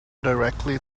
directly